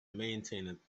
maintained